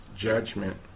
judgment